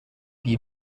you